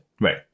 right